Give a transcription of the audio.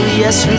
yes